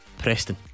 Preston